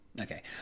Okay